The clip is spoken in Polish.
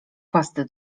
pasty